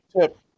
Tip